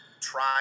try